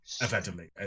Effectively